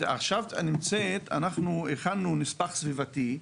התוכנית נמצאת עכשיו במצב שבו אנחנו הכנו נספח סביבתי,